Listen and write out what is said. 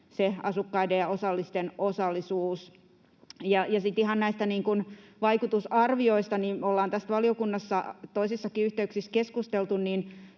asukkaiden ja osallisten osallisuus. Sitten ihan näistä vaikutusarvioista. Tästä ollaan valiokunnassa toisissakin yhteyksissä keskusteltu.